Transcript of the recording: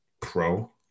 pro